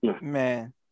man